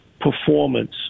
performance